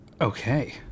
Okay